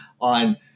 on